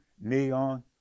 Neon